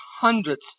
hundreds